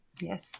Yes